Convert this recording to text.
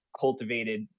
cultivated